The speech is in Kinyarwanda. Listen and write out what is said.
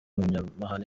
umunyamahane